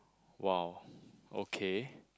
!wow! okay